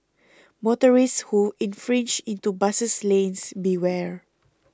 motorists who infringe into bus lanes beware